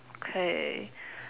okay